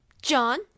John